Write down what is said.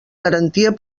garantia